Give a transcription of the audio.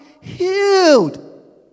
healed